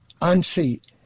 unseat